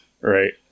right